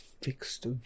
fixed